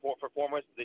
performance